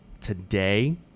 Today